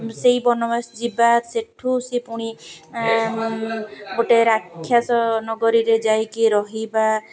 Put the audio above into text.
ସେଇ ବନବାସ ଯିବା ସେଠୁ ସେ ପୁଣି ଗୋଟେ ରାକ୍ଷାସ ନଗରୀରେ ଯାଇକି ରହିବା